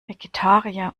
vegetarier